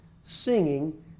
singing